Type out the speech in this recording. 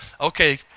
okay